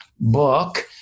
book